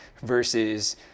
versus